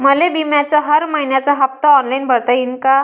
मले बिम्याचा हर मइन्याचा हप्ता ऑनलाईन भरता यीन का?